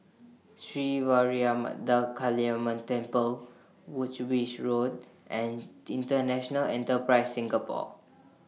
Sri Vairavimada Kaliamman Temple Woolwich Road and International Enterprise Singapore